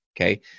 okay